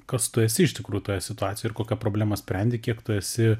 kas tu esi iš tikrųjų toje situacijoj ir kokią problemą sprendi kiek tu esi